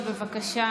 בשיא.